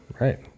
right